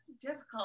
difficult